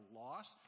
loss